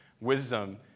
Wisdom